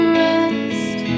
rest